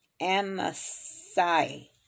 Amasai